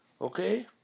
Okay